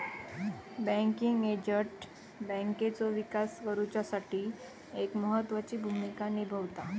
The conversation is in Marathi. बँकिंग एजंट बँकेचो विकास करुच्यासाठी एक महत्त्वाची भूमिका निभावता